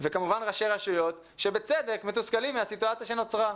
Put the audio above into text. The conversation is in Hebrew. וכמובן ראשי רשויות שבצדק מתוסכלים מהסיטואציה שנוצרה.